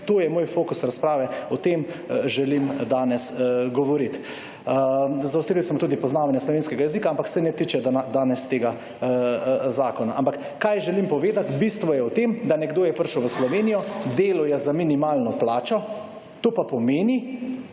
tu je moj fokus razprave, o tem želim danes govoriti. Zaostrili smo tudi poznavanje slovenskega jezika, ampak se ne tiče danes tega zakona. Ampak kaj želim povedati? Bistvo je v tem, da nekdo je prišel v Slovenijo, delal je za minimalno plačo, to pa pomeni,